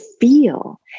feel